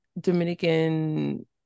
Dominican